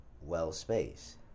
well-spaced